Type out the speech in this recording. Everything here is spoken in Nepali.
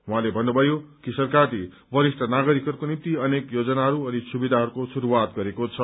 उहाँले भव्रुभयो कि सरकारले वरिष्ठ नागरिकहरूको निम्ति अनेक योजनाहरू अनि सुविधाहरूको शुरूआत गरेको छ